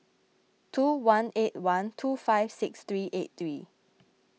two one eight one two five six three eight three